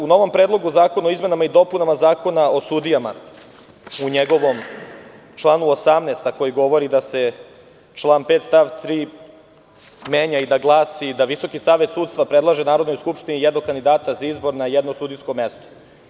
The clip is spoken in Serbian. U novom Predlogu zakona o izmenama i dopunama Zakona o sudijama, u njegovom članu 18, a koji govori da se član 5. stav 3. menja i glasi: „Visoki savet sudstva predlaže Narodnoj skupštini jednog kandidata za izbor na jedno sudijsko mesto.